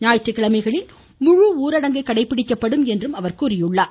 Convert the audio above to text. ஞாயிற்றுக்கிழமைகளில் முழு ஊரடங்கு கடைபிடிக்கப்படும் என்று கூறியுள்ளார்